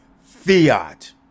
fiat